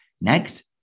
Next